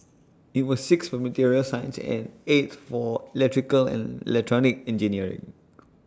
IT was sixth for materials science and eighth for electrical and electronic engineering